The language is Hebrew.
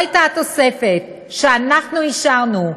זו הייתה התוספת שאנחנו אישרנו.